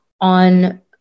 on